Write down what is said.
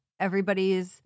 everybody's